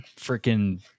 freaking